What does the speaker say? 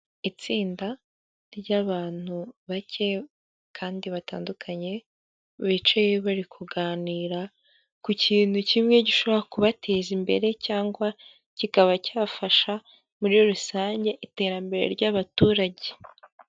Itsinda ry'abantu bake kandi batandukanye, bicaye bari kuganira ku kintu kimwe gishobora kubateza imbere cyangwa kikaba cyafasha muri rusange iterambere ry'abaturage.